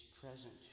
present